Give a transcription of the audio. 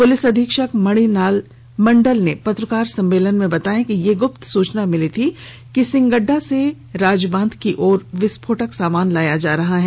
police अधीक्षक मणिलाल मंडल ने पत्रकार सम्मेलन में बताया कि यह गुप्त सूचना मिली थी कि सिंगड्डा से राजबान्ध की ओर विस्फोटक सामान लाया जा रहा है